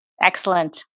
Excellent